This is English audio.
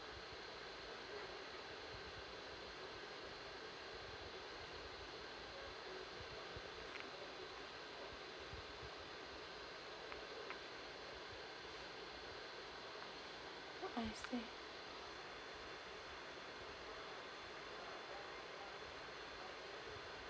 I see